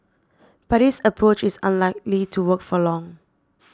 but this approach is unlikely to work for long